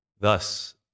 Thus